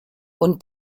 und